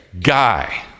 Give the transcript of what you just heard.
guy